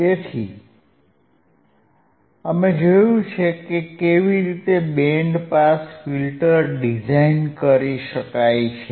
તેથી અમે જોયું છે કે કેવી રીતે બેન્ડ પાસ ફિલ્ટર ડિઝાઇન કરી શકાય છે